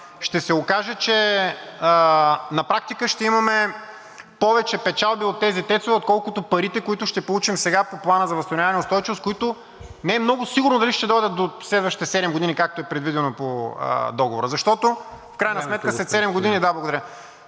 ще се окаже, че на практика ще имаме повече печалба от тези ТЕЦ-ове, отколкото парите, които ще получим сега по Плана за възстановяване и устойчивост, които не е много сигурно дали ще дойдат до следващите седем години, както е предвидено по Договора, защото в крайна сметка (председателят дава